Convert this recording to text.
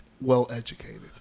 well-educated